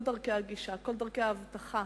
כל דרכי הגישה, כל דרכי האבטחה,